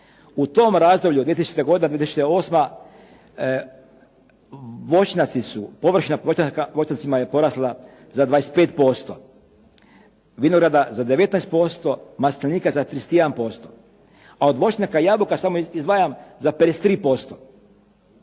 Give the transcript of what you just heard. U tom razdoblju 2000. do 2008. voćnjaci, površina voćnjacima je porasla za 25%, vinograda za 19%, maslinika za 31%. A od voćnjaka i jabuka samo izdvajam za 53%.